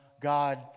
God